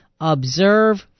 observe